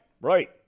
Right